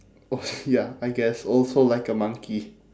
als~ ya I guess also like a monkey